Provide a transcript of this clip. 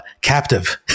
captive